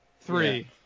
three